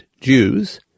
Jews